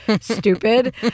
stupid